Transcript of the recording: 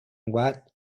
what